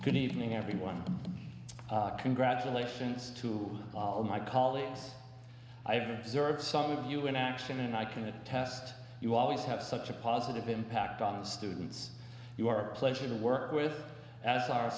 good evening everyone congratulations to all of my colleagues i have observed some of you in action and i can attest you always have such a positive impact on the students you are a pleasure to work with as are